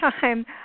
time